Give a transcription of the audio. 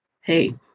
hey